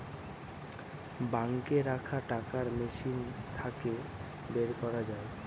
বাঙ্কে রাখা টাকা মেশিন থাকে বের করা যায়